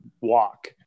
walk